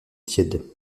tiède